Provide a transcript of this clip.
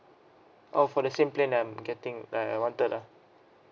oh for the same plan I'm getting like I wanted lah